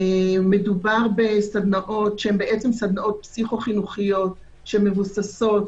מדובר בסדנאות שהן סדנאות פסיכו-חינוכיות שמבוססות